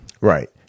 Right